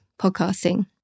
podcasting